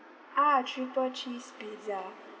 ah triple cheese pizza